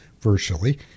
virtually